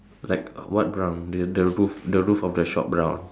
like what brown the the roof the roof of the shop brown